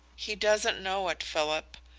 he doesn't know it, philip,